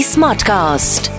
Smartcast